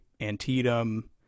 antietam